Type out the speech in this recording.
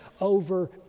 over